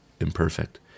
imperfect